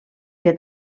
que